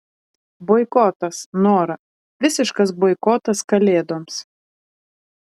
boikotas nora visiškas boikotas kalėdoms